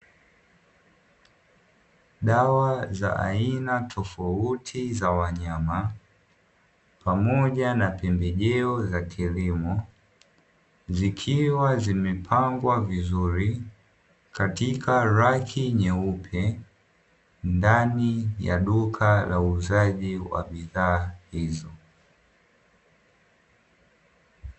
Dawa za aina tofauti za wanyama pamoja na pembejeo za kilimo, zikiwa zimepangwa vizuri katika raki nyeupe ndani ya duka la uuzaji wa bidhaa hizo.